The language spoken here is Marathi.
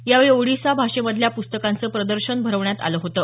यावेळी ओडिशा भाषेतल्या प्रस्तकांचं प्रदर्शन भरवण्यात आलं होतं